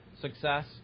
success